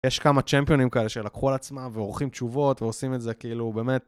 יש כמה צ'מפיונים כאלה שלקחו על עצמם ועורכים תשובות ועושים את זה כאילו באמת